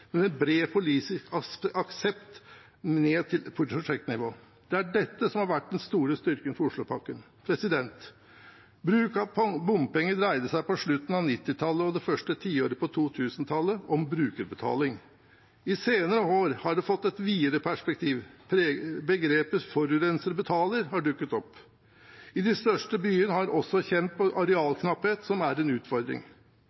men at det hadde bred politisk aksept ned på prosjektnivå. Det er dette som har vært den store styrken for oslopakkene. Bruk av bompenger dreide seg på slutten av 1990-tallet og det første tiåret av 2000-tallet om brukerbetaling. I senere år har det fått et videre perspektiv – begrepet «forurenser betaler» har dukket opp. I de største byene har en også kjent på